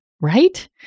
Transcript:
right